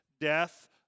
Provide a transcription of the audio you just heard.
death